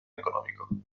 económico